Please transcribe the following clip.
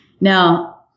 Now